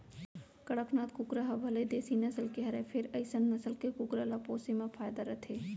कड़कनाथ कुकरा ह भले देसी नसल के हरय फेर अइसन नसल के कुकरा ल पोसे म फायदा रथे